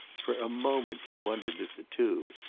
for a moment he wondered if the two,